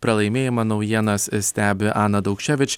pralaimėjimą naujienas stebi ana daukševič